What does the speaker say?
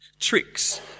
tricks